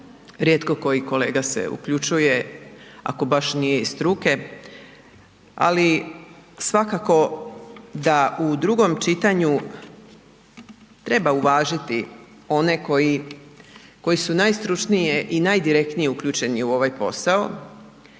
rijetko koji kolega se uključuje, ako baš nije iz struke, ali svakako da u drugom čitanju treba uvažiti one koji su najstručnije i najdirektnije uključeni u ovaj posao.